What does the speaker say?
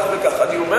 אני לא רוצה להפריע לה.